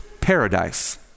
paradise